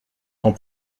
qu’en